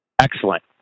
Excellent